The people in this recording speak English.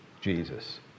Jesus